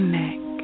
neck